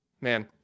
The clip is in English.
man